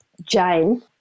Jane